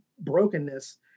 brokenness